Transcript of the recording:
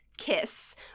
kiss